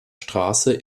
straße